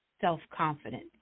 self-confidence